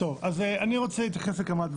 אני רוצה להתייחס לכמה דברים.